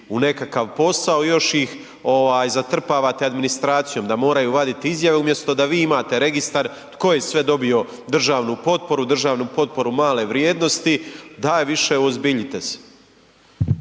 u nekakav posao, još ih zatrpavate administracijom da moraju vaditi izjave umjesto da vi imate registar tko je sve dobio državnu potporu, državnu potporu male vrijednosti, daj više uozbiljite se.